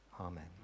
amen